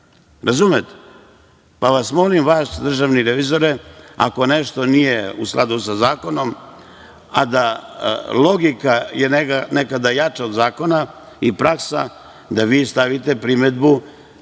Razumete? Molim vas, Državni revizore, ako nešto nije u skladu sa zakonom, a da logika je nekada jača od zakona i praksa da vi stavite primedbu